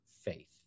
faith